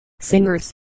Singers